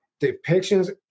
depictions